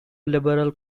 liberal